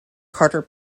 carter